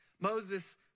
Moses